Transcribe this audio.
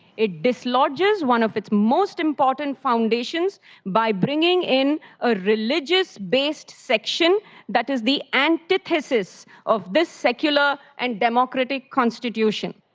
it dislodges one of its most important foundations by bringing in a religious-based section that is the antithesis of this secular, and democratic constitution.